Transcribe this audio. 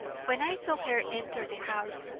when i saw her enter the house,